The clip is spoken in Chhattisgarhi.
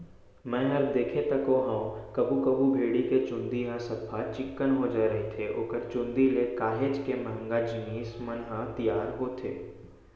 मैंहर देखें तको हंव कभू कभू भेड़ी के चंूदी ह सफ्फा चिक्कन हो जाय रहिथे ओखर चुंदी ले काहेच के महंगा जिनिस मन ह तियार होथे